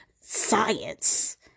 science